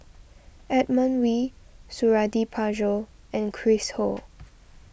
Edmund Wee Suradi Parjo and Chris Ho